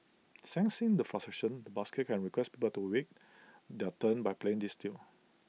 sensing the frustration the busker can request people to wait their turn by playing this tune